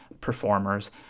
performers